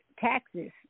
taxes